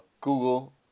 Google